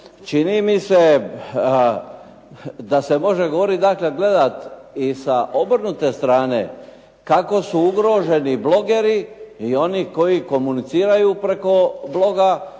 Čini mi se da se može govorit, dakle gledat i sa obrnute strane, kako su ugroženi blogeri i oni koji komuniciraju preko bloga,